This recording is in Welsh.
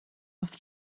wrth